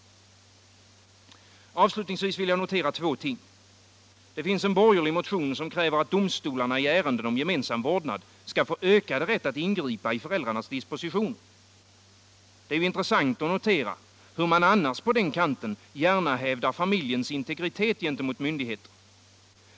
Avslutningsvis vill jag notera två ting. Det finns en borgerlig motion som kräver att domstolarna i ärenden om gemensam vårdnad skall få ökad rätt att ingripa i föräldrarnas dispositioner. Det är intressant att notera, hur man annars på den kanten gärna hävdar familjens integritet gentemot myndigheter.